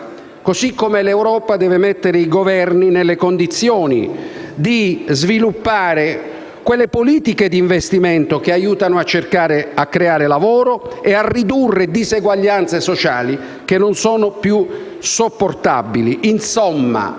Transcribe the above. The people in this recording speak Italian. modo, l'Europa deve mettere i Governi in condizione di sviluppare quelle politiche di investimento che aiutano a creare lavoro e a ridurre diseguaglianze sociali non più sopportabili.